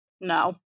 No